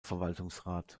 verwaltungsrat